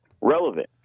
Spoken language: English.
relevant